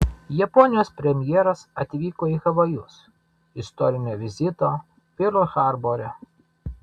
japonijos premjeras atvyko į havajus istorinio vizito perl harbore